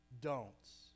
don'ts